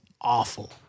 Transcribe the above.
awful